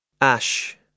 Ash